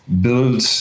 build